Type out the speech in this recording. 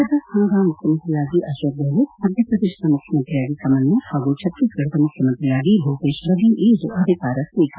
ರಾಜಸ್ತಾನದ ಮುಖ್ಯಮಂತ್ರಿಯಾಗಿ ಅಶೋಕ್ ಗೆಹ್ಲೋತ್ ಮಧ್ಯಪ್ರದೇಶದ ಮುಖ್ಯಮಂತ್ರಿಯಾಗಿ ಕಮಲ್ನಾಥ್ ಹಾಗೂ ಛತ್ತೀಸ್ಗಢದ ಮುಖ್ಯಮಂತ್ರಿಯಾಗಿ ಭೂಪೇಶ್ ಬಫೇಲ್ ಇಂದು ಅಧಿಕಾರ ಸ್ಸೀಕಾರ